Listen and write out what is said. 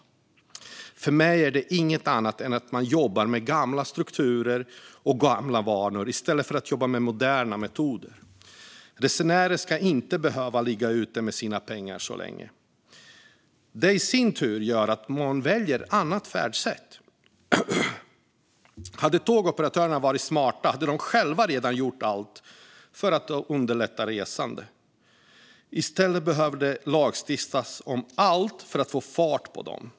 Som jag ser det handlar det inte om något annat än att man jobbar med gamla strukturer och gamla vanor i stället för moderna metoder. Resenärer ska inte behöva ligga ute med sina pengar så länge. Sådant gör i sin tur att folk väljer andra färdsätt. Hade tågoperatörerna varit smarta hade de själva redan gjort allt för att underlätta resande. I stället behöver det lagstiftas om allt för att få fart på dem!